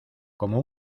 como